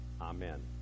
Amen